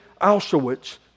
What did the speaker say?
Auschwitz